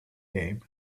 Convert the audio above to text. game